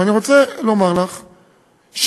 ואני רוצה לומר לך שכל,